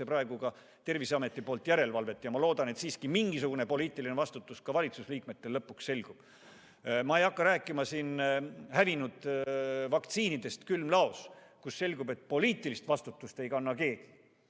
teostab Terviseamet selle üle järelevalvet. Ma loodan, et siiski mingisugune poliitiline vastutus ka valitsusliikmetel lõpuks selgub. Ma ei hakka rääkima siin hävinud vaktsiinidest külmlaos, mille eest poliitilist vastutust ei kanna keegi.